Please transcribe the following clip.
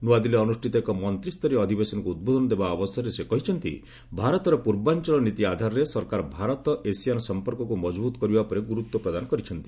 ନ୍ତଆଦିଲ୍ଲୀରେ ଅନୁଷ୍ଠିତ ଏକ ମନ୍ତ୍ରୀସ୍ତରୀୟ ଅଧିବେଶନକୁ ଉଦ୍ବୋଧନ ଦେବା ଅବସରରେ ସେ କହିଛନ୍ତି ଭାରତର ପୂର୍ବାଞ୍ଚଳ ନୀତି ଆଧାରରେ ସରକାର ଭାରତ ଏସିଆନ୍ ସମ୍ପର୍କକୁ ମଜବୁତ କରିବା ଉପରେ ଗୁରୁତ୍ୱ ପ୍ରଦାନ କରିଛନ୍ତି